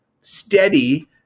steady